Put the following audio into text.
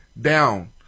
down